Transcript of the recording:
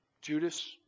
Judas